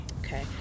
okay